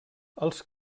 els